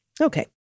okay